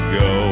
go